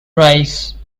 rice